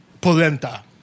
polenta